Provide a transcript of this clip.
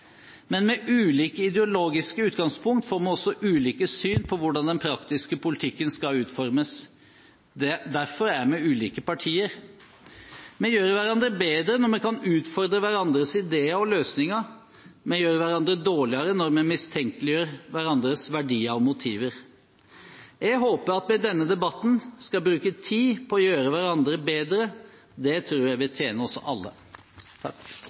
Men med ulike ideologiske utgangspunkt får vi også ulike syn på hvordan den praktiske politikken skal utformes. Derfor er vi ulike partier. Vi gjør hverandre bedre når vi kan utfordre hverandres ideer og løsninger. Vi gjør hverandre dårligere når vi mistenkeliggjør hverandres verdier og motiver. Jeg håper vi i denne debatten skal bruke tid på å gjøre hverandre bedre. Det tror jeg vil tjene oss alle.